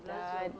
dan